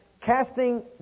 casting